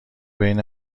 بین